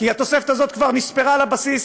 כי התוספת הזאת כבר נספרה בבסיס